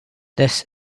this